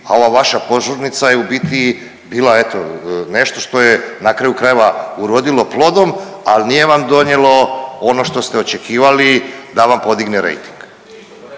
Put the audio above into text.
a ova vaša požurnica je u biti bila eto nešto što je na kraju krajeva urodilo plodom, a nije vam donijelo ono što ste očekivali da vam podigne rejting.